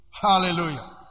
Hallelujah